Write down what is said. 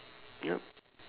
yup